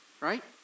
Right